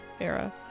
era